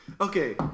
okay